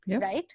right